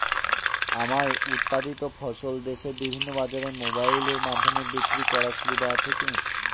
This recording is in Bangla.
আমার উৎপাদিত ফসল দেশের বিভিন্ন বাজারে মোবাইলের মাধ্যমে বিক্রি করার সুবিধা আছে কি?